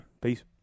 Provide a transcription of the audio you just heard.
Peace